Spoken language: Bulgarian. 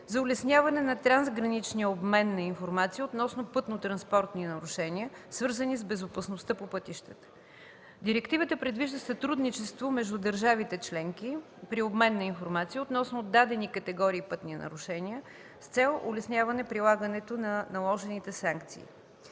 за улесняване на трансграничния обмен на информация относно пътнотранспортни нарушения, свързани с безопасността по пътищата. Директивата предвижда сътрудничество между държавите членки при обмен на информация относно дадени категории пътни нарушения, с цел улесняване прилагането на наложените санкции.